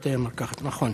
בתי המרקחת, נכון.